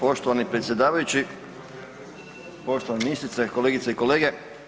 Poštovani predsjedavajući, poštovana ministrice, kolegice i kolege.